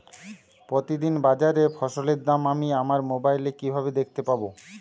প্রতিদিন বাজারে ফসলের দাম আমি আমার মোবাইলে কিভাবে দেখতে পাব?